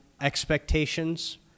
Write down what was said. expectations